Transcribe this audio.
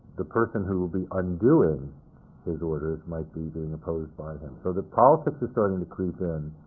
the person who will be undoing his orders might be being opposed by him. so the politics is starting to creep in,